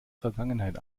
vergangenheit